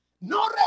No